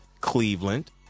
Cleveland